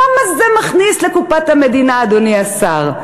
כמה זה מכניס לקופת המדינה, אדוני השר?